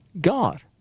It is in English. God